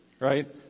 Right